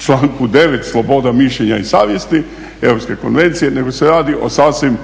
članku 9.sloboda mišljenja i savjesti Europske konvencije nego se radi o sasvim